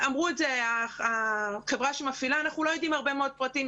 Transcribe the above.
איך זה נראה, יש הרי עשרות שאלות פתוחות.